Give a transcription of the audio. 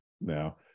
now